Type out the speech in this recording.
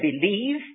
believe